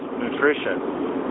nutrition